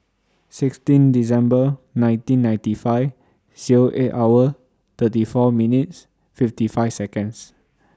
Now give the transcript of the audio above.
sixteen December nineteen ninety five Zero eight hour thirty four minutes fifty five Seconds